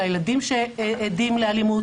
לילדים שעדים לאלימות.